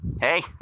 hey